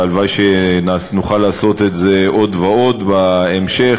והלוואי שנוכל לעשות את זה עוד ועוד בהמשך,